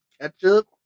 ketchup